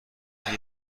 میگم